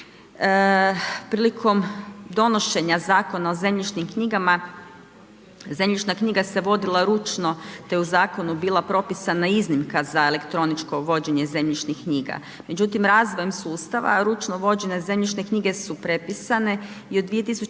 Prilikom donošenja Zakona o zemljišnim knjigama, zemljišna knjiga se vodila ručno te je u zakonu bila propisana iznimka za elektroničko vođenje zemljišnih knjiga. Međutim, razvojem sustava ručno vođene zemljišne knjige su prepisane i od 2003.